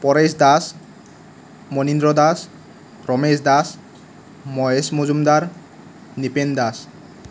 Paresh Das Munindra Das Ramesh Das Mahesh Majumdar Nipen Das